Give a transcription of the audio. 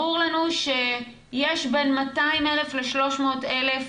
ברור לנו שיש בין 200,000 ל-300,000